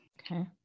Okay